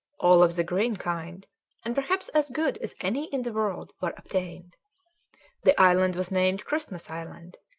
all of the green kind and perhaps as good as any in the world, were obtained the island was named christmas island,